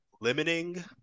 limiting